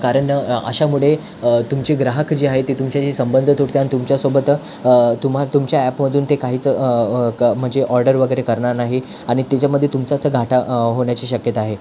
कारण अशामुळे तुमचे ग्राहक जे आहे ते तुमचे जे संबंध तुटत्यान् तुमच्यासोबत तुम्हा तुमच्या ॲपमधून ते काहीच क म्हणजे ऑर्डर वगैरे करणार नाही आणि त्याच्यामध्ये तुमचाच घाटा होण्याची शक्यता आहे